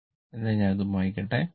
അതിനാൽ ഞാൻ അത് മായ്ക്കട്ടെ